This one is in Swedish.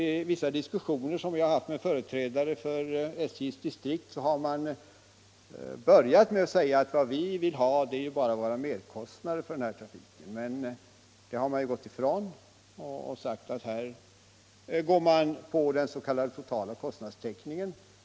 I vissa diskussioner som jag har haft med företrädare för SJ:s distrikt har de börjat med att säga att vad de vill ha är bara täckning för sina merkostnader för den här trafiken, men det har man sedan gått ifrån och sagt att man går på den totala kostnadstäckningen.